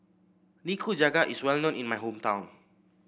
nikujaga is well known in my hometown